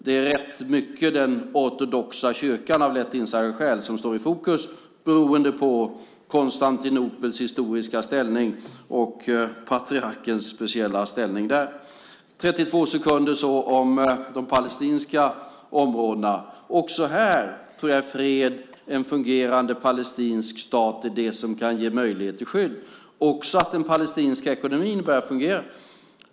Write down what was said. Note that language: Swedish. Det är rätt mycket den ortodoxa kyrkan av lätt insedda skäl som står i fokus, beroende på Konstantinopels historiska ställning och patriarkens speciella ställning där. Också när det gäller de palestinska områdena tror jag att fred och en fungerande palestinsk stat är det som kan ge möjlighet till skydd. Det handlar också om att den palestinska ekonomin ska börja fungera.